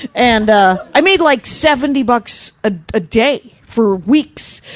and ah, i made like seventy bucks a ah day for weeks,